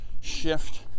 shift